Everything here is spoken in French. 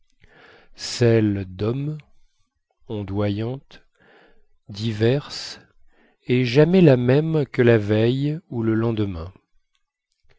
celle dhomme ondoyante diverse et jamais la même que la veille ou le lendemain